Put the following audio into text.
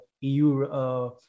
EU